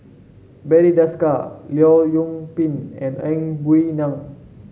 Barry Desker Leong Yoon Pin and Ang Wei Neng